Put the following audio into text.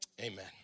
Amen